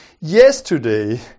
Yesterday